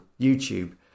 YouTube